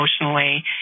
emotionally